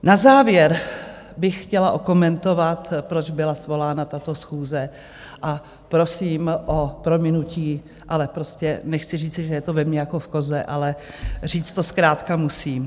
Na závěr bych chtěla okomentovat, proč byla svolána tato schůze, a prosím o prominutí, ale prostě nechci říci, že je to ve mně jako v koze, ale říct to zkrátka musím.